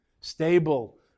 Stable